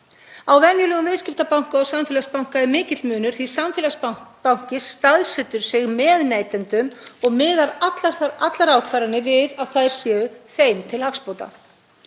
Á venjulegum viðskiptabanka og samfélagsbanka er mikill munur því að samfélagsbanki staðsetur sig með neytendum og miðar allar ákvarðanir við að þær séu þeim til hagsbóta.